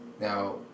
Now